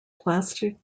plastic